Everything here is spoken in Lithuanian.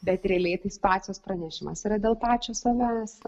bet realiai situacijos pranešimas yra dėl pačio savęs